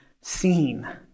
seen